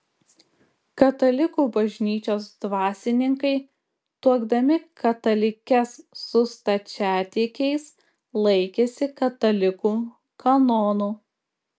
katalikų bažnyčios dvasininkai tuokdami katalikes su stačiatikiais laikėsi katalikų kanonų